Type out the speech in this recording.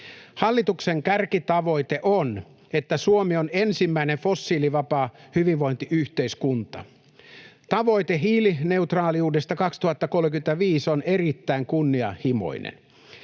Hallituksen kärkitavoite on, että Suomi on ensimmäinen fossiilivapaa hyvinvointiyhteiskunta. Tavoite hiilineutraaliudesta 2035 on erittäin kunnianhimoinen.